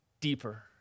deeper